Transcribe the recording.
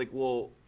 like well,